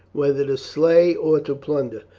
whether to slay or to plunder.